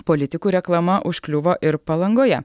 politikų reklama užkliuvo ir palangoje